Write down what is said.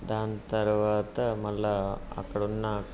దాని తరువాత మళ్ళీ అక్కడ ఉన్న